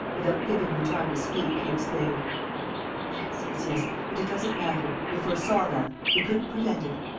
without giving her time to speak, he exclaimed yes, yes, yes. but it doesn't matter. we foresaw that. we couldn't prevent it.